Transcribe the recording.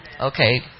Okay